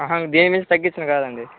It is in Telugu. అహ దీనికి మించి తగ్గించను కాదండి